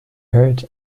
heard